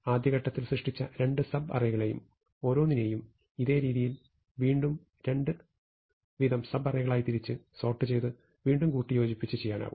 ആദ്യ ഘട്ടത്തിൽ സൃഷ്ടിച്ച രണ്ടു സബ് അറേകളെ ഓരോന്നിനെയും ഇതേ രീതിയിൽ വീണ്ടും രണ്ടു വീതം സബ് അറേകളായി തിരിച്ച് സോർട്ട് ചെയ്ത വീണ്ടും കൂട്ടിയോജിപ്പിച്ച് ചെയ്യാനാവും